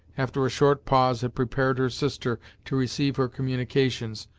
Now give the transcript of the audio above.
after a short pause had prepared her sister to receive her communications,